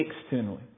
externally